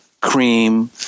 Cream